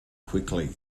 quickly